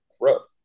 growth